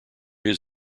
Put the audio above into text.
his